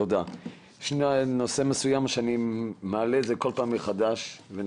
יש נושא מסוים שאני מעלה את זה כל פעם מחדש ואני